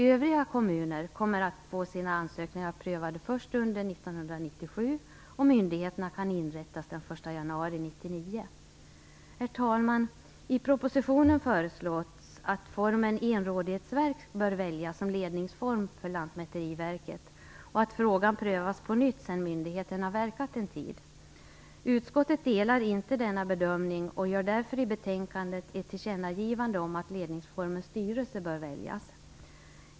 Övriga kommuner kommer att få sina ansökningar prövade först under 1997, och myndigheterna kan inrättas den Herr talman! I propositionen föreslås att formen enrådighetsverk skall väljas som ledningsform för Lantmäteriverket och att frågan prövas på nytt sedan myndigheten har verkat någon tid. Utskottet delar inte denna bedömning och gör därför i betänkandet ett tillkännagivande om att ledningsformens styrelse bör väljas.